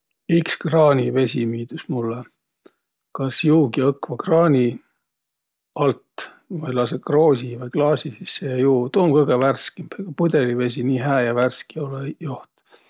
Iks kraanivesi miildüs mullõ. Kas juugi õkva kraani alt vai lasõ kroosi vai klaasi sisse. Tuu um kõgõ värskimb. Pudõlivesi nii hää ja värski olõ-õi joht.